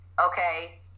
okay